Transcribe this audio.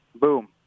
boom